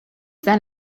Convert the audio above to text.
then